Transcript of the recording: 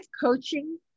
coaching